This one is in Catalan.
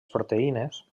proteïnes